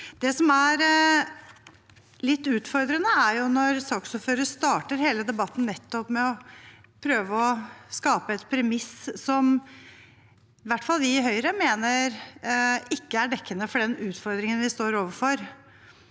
Det som er litt utfordrende, er når saksordføreren starter hele debatten nettopp med å prøve å skape et premiss som i hvert fall vi i Høyre mener ikke er dekkende for den utfordringen vi står overfor.